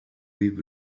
with